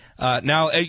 now